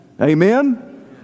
Amen